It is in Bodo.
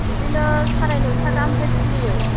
बिदिनो साराय नयथा गाहामनिफ्राय खुलियो